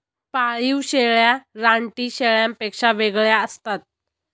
पाळीव शेळ्या रानटी शेळ्यांपेक्षा वेगळ्या असतात